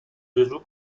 gesù